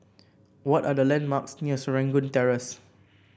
what are the landmarks near Serangoon Terrace